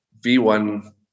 V1